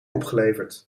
opgeleverd